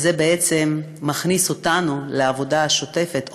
וזה בעצם מכניס אותנו לעבודה השוטפת.